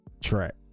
track